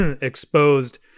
exposed